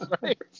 Right